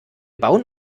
bauen